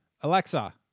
Alexa